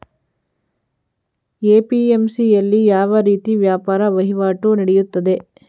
APMC ಯಲ್ಲಿ ಯಾವ ರೀತಿ ವ್ಯಾಪಾರ ವಹಿವಾಟು ನೆಡೆಯುತ್ತದೆ?